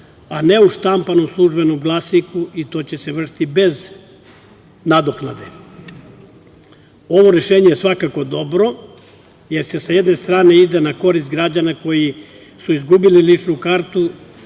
a ne u štampanom „Službenom glasniku“ i to će se vršiti bez nadoknade. Ovo rešenje je svakako dobro, jer se sa jedne strane ide na korist građana koji su izgubili ličnu kartu,